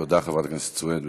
תודה, חברת הכנסת סויד.